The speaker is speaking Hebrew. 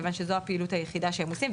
כיוון שזו הפעילות היחידה שהם עושים,